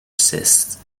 cysts